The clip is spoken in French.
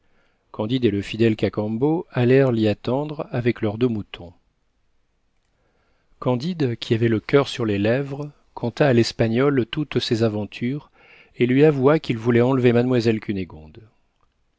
candide et le fidèle cacambo allèrent l'y attendre avec leurs deux moutons candide qui avait le coeur sur les lèvres conta à l'espagnol toutes ses aventures et lui avoua qu'il voulait enlever mademoiselle